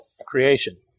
Creation